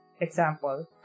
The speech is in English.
example